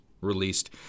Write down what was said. released –